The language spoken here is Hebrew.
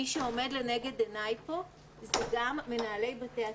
מי שעומד לנגד עיניי פה הוא גם מנהלי בתי הספר,